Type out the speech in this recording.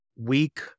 weak